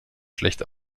schlecht